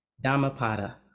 Dhammapada